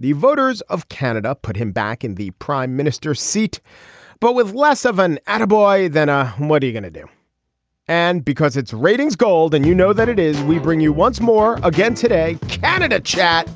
the voters of canada put him back in the prime minister's seat but with less of an arab boy than a what are you going to do and because it's ratings gold and you know that it is we bring you once more again today canada chat